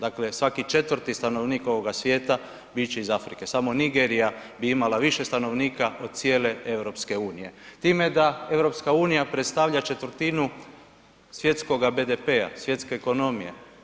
Dakle svaki 4. stanovnik ovoga svijeta bit će iz Afrike, samo Nigerija bi imala više stanovnika od cijele EU time da EU predstavlja četvrtinu svjetskoga BDP-a, svjetske ekonomije.